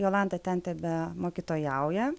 jolanta ten tebe mokytojauja